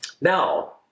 now